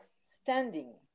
standing